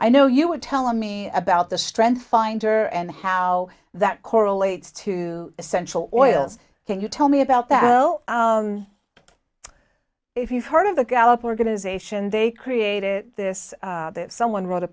i know you were telling me about the strength finder and how that correlates to essential oils can you tell me about that well if you've heard of the gallup organization they created this someone wrote a